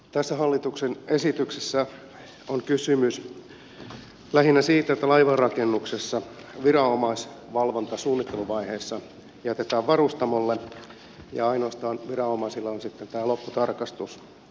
tässä hallituksen esityksessä on kysymys lähinnä siitä että laivanrakennuksessa viranomaisvalvonta suunnitteluvaiheessa jätetään varustamolle ja ainoastaan viranomaisilla on sitten tämä lopputarkastus tässä